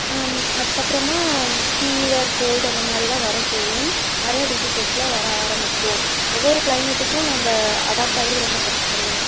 அதுக்கப்புறமா fever cold அந்த மாதிரியலாம் வர செய்யும் நிறைய டிஸிசெலாம் வர ஆரம்பிக்கும் ஒவ்வொரு கிளைமேட்டுக்கும் நம்ம அடாப்ட் ஆகிறது ரொம்ப கஷ்டம்தான்